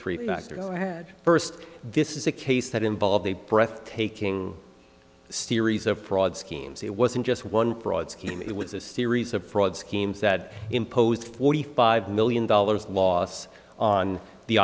ahead first this is a case that involved a breathtaking series of fraud schemes it wasn't just one fraud scheme it was a series of fraud schemes that imposed forty five million dollars loss on the